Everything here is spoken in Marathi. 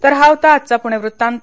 तर हा होता आजचा पुणे वृत्तांत